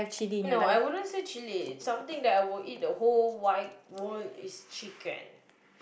no I wouldn't say chilli something that I will eat the whole wide world is chicken